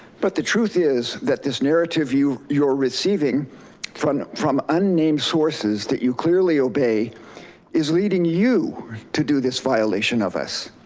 but the truth is that this narrative you're receiving from from unnamed sources that you clearly obey is leading you to do this violation of us.